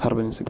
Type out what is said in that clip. Harbhajan Singh